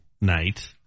night